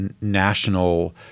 national